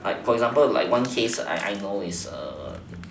like for example for one case I know is the